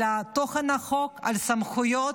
על תוכן החוק, על הסמכויות.